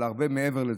אבל הרבה מעבר לזה,